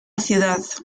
ciudad